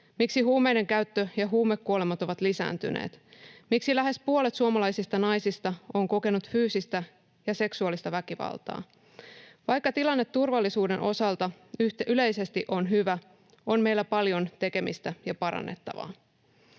Miksi huumeidenkäyttö ja huumekuolemat ovat lisääntyneet? Miksi lähes puolet suomalaisista naisista on kokenut fyysistä ja seksuaalista väkivaltaa? Vaikka tilanne turvallisuuden osalta yleisesti on hyvä, on meillä paljon tekemistä ja parannettavaa.